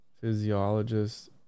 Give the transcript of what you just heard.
physiologist